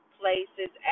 places